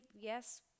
yes